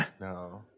No